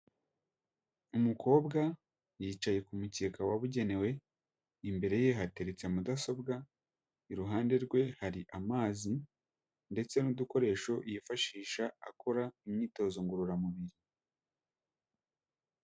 Umukobwa yicaye ku mukeka wabugenewe imbere ye hateretse mudasobwa iruhande rwe hari amazi ndetse n'udukoresho yifashisha akora imyitozo ngororamubiri.